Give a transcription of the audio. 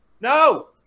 no